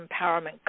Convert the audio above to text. empowerment